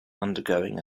undergoing